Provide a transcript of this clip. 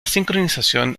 sincronización